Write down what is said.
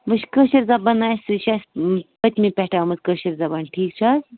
وُچھ کٲشِر زبان اَسہِ یہِ چھِ اَسہِ پٔتۍمہِ پٮ۪ٹھٕے آمٕژ کٲشِر زبان ٹھیٖک چھا